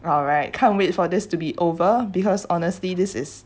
alright can't wait for this to be over because honestly this is